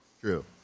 True